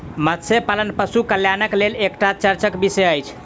मत्स्य पालन पशु कल्याणक लेल एकटा चर्चाक विषय अछि